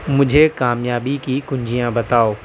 مجھے کامیابی کی کنجیاں بتاؤ